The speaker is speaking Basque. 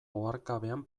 oharkabean